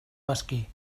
mesquí